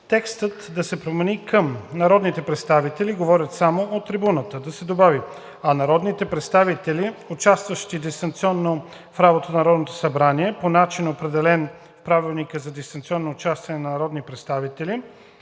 текстът да се промени: към „Народните представители говорят само от трибуната.“, да се добави: „а народните представители, участващи дистанционно в работата на Народното събрание – по начин, определен в Правилата за дистанционно участие на народни представители,